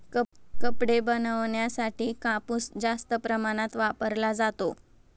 कपडे बनवण्यासाठी कापूस जास्त प्रमाणात वापरला जातो